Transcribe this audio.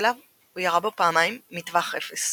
הוא לא התקבל בחוגים האנרכיסטים וכאיש לא